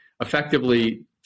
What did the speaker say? effectively